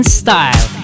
style